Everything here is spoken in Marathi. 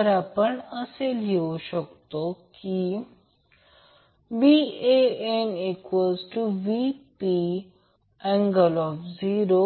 तर आपण लिहू शकतो VanVp∠0° VbnVp∠